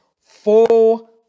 four